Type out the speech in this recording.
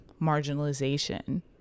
marginalization